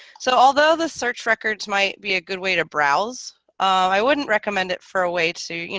so although the search records might be a good way to browse i wouldn't recommend it for a way to you